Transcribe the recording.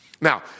Now